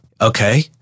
okay